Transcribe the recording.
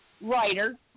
writer